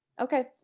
Okay